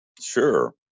Sure